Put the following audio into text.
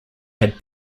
had